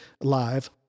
live